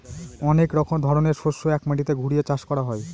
অনেক ধরনের শস্য এক মাটিতে ঘুরিয়ে চাষ করা হয়